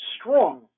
strong